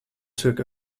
took